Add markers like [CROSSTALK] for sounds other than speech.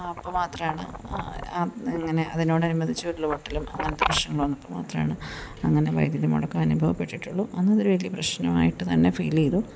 അപ്പം മാത്രമാണ് അങ്ങനെ അതിനോട് അനുബന്ധിച്ചു ഓരോ [UNINTELLIGIBLE] അങ്ങനത്തെ പ്രശ്നങ്ങൾ വന്നപ്പം മാത്രമാണ് അങ്ങനെ വൈദ്യതി മുടക്കം അനുഭവപ്പെട്ടിട്ടുള്ളു അന്ന് അതൊരു വലിയ പ്രശ്നമായിട്ട് തന്നെ ഫീൽ ചെയ്തു